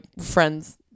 friends